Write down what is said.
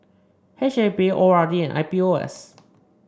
H E B O R D and I P O S